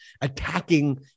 attacking